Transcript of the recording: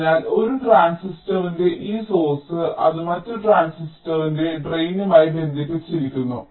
അതിനാൽ ഒരു ട്രാൻസിസ്റ്ററിന്റെ ഈ സോഴ്സ് അത് മറ്റ് ട്രാൻസിസ്റ്ററിന്റെ ഡ്രെയിനുമായി ബന്ധിപ്പിച്ചിരിക്കുന്നു